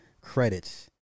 credits